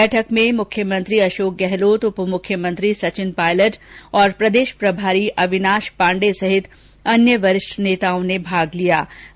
बैठक में मुख्यमंत्री अशोक गहलोत उप मुख्यमंत्री सचिन पायलट और प्रदेश प्रभारी अविनाश पांडे सहित अन्य वरिष्ठ नेताओं ने भाग लिया ै